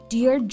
Dear